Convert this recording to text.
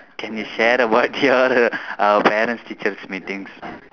can you share about your uh parents teachers meetings